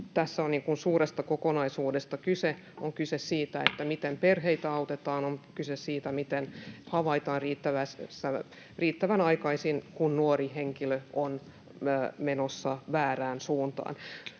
Tässä on suuresta kokonaisuudesta kyse. On kyse siitä, miten perheitä autetaan. On kyse siitä, miten havaitaan riittävän aikaisin, kun nuori henkilö on menossa väärään suuntaan.